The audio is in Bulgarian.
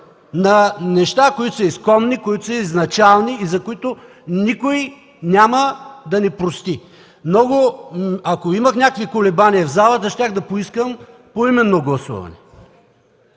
на неща, които са изконни, изначални и за които никой няма да ни прости! Ако имах някакви колебания в залата, щях да поискам поименно гласуване.